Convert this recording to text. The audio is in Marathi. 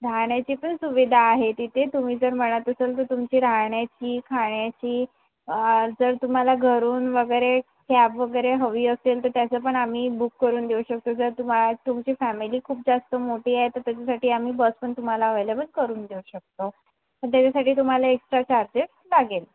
राहण्याची पण सुविधा आहे तिथे तुम्ही जर म्हणत असाल तर तुमची राहण्याची खाण्याची जर तुम्हाला घरून वगैरे कॅब वगैरे हवी असेल तर त्याचं पण आम्ही बुक करून देऊ शकतो जर तुमा तुमची फॅमिली खूप जास्त मोठी आहे तर त्याच्यासाठी आम्ही बस पण तुम्हाला अवेलेबल करून देऊ शकतो त्याच्यासाठी तुम्हाला एक्स्ट्रा चार्जेस लागेल